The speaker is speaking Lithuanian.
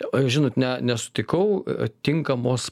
o jūs žinot ne nesutikau tinkamos